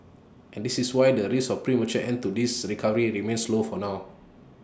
and this is why the risk of A premature end to this recovery remains low for now